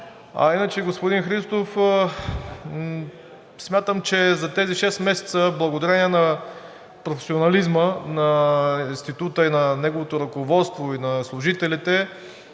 А иначе, господин Христов, смятам, че за тези шест месеца благодарение на професионализма на Института и на неговото ръководство, и на служителите,